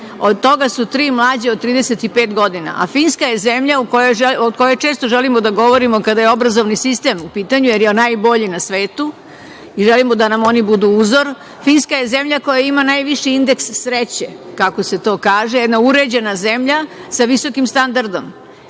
od toga su tri mlađe od 35 godina. Finska je zemlja o kojoj često želimo da govorimo kada je obrazovni sistem u pitanju, jer je on najbolji na svetu i želimo da nam oni budu uzor. Finska je zemlja koja ima najviši indeks sreće, kako se to kaže, jedna uređena zemlja sa visokim standardom.